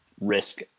risk